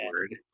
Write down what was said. word